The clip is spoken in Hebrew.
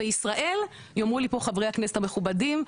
בישראל יאמרו לי פה חברי הכנסת המכובדים,